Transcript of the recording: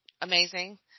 amazing